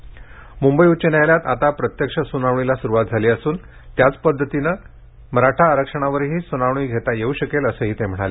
मृंबई उच्च न्यायालयात आता प्रत्यक्ष सुनावणीला सुरुवात झाली असून त्याच पद्धतीनं मराठा आरक्षणावरही सुनावणी घेता येऊ शकेल असंही ते म्हणाले